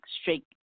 straight